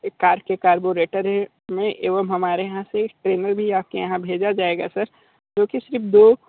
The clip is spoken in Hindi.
एक कार के कार्बोरेटर में एवं हमारे यहाँ से एक ट्रेनर भी आपके यहाँ भेजा जायेगा सर जो कि सिर्फ दो